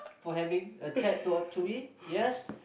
for having a chat to up to me yes